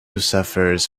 suffers